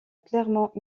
clairement